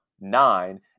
nine